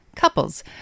Couples